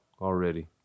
already